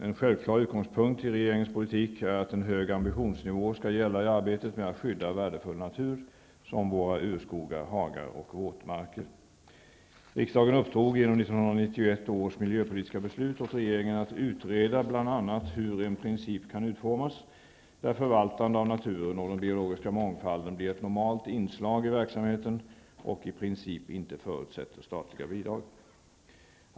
En självklar utgångspunkt i regeringens politik är att en hög ambitionsnivå skall gälla i arbetet med att skydda värdefull natur som våra urskogar, hagar och våtmarker. Riksdagen uppdrog genom 1991 års miljöpolitiska beslut åt regeringen att utreda bl.a. hur en princip kan utformas där förvaltande av naturen och den biologiska mångfalden blir ett normalt inslag i verksamheten och i princip inte förutsätter statliga bidrag.